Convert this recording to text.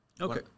Okay